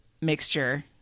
mixture